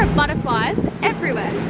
butterflies everywhere,